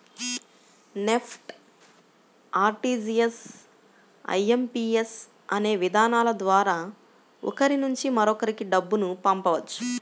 NEFT, RTGS, IMPS అనే విధానాల ద్వారా ఒకరి నుంచి మరొకరికి డబ్బును పంపవచ్చు